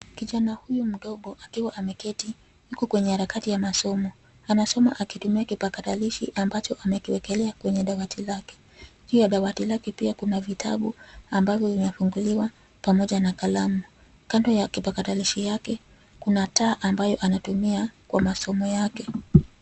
Kijani huyu mdogo akiwa ameketi yuko kwenye harakati ya masomo. Anasoma akitumia kipakatilishi ambacho amekiwekelea kwenye dawati lake. Juu ya dawati lake pia kuna vitabu ambavyo vimefunguliwa pamkoja na kalamu. Kando ya kipakatalishi yake, kuna taa ambayo anatumia kwa masomo yake.